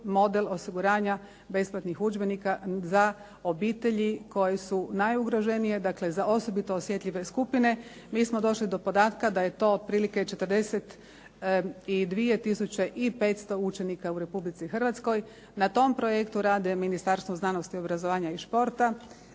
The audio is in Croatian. model osiguranja besplatnih udžbenika za obitelji koje su najugroženije, dakle za osobito osjetljive skupine. Mi smo došli do podatka da je to otprilike 42 tisuće i 500 učenika u Republici Hrvatskoj. Na tom projektu rade Ministarstvo znanosti, obrazovanja i športa,